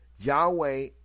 Yahweh